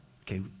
Okay